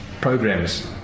programs